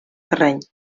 terreny